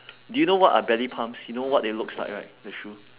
do you know what are ballet pumps you know what they looks like right the shoe